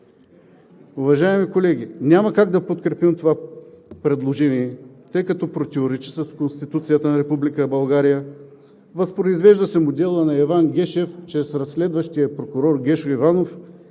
Уважаеми колеги, няма как да подкрепим това предложение, тъй като противоречи на Конституцията на Република България, възпроизвежда се моделът на Иван Гешев чрез разследващия прокурор Гешо Иванов